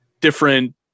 different